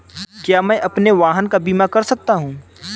क्या मैं अपने वाहन का बीमा कर सकता हूँ?